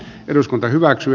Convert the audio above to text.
eduskunta hyväksyy